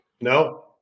No